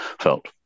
felt